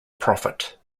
prophet